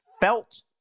felt